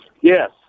Yes